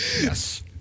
Yes